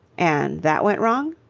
and that went wrong!